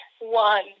one